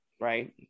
right